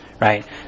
right